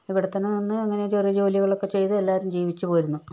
ഇവിടെത്തന്നെ നിന്ന് എങ്ങനെയോ ചെറിയ ജോലികളൊക്കെ ചെയ്ത് എല്ലാവരും ജീവിച്ച് പോരുന്നു